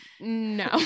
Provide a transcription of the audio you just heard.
no